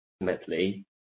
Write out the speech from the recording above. ultimately